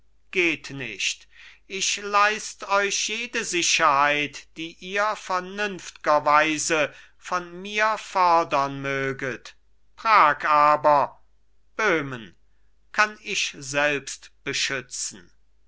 geht nicht ich leist euch jede sicherheit die ihr vernünftgerweise von mir fodern möget prag aber böhmen kann ich selbst beschützen